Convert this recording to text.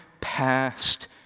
past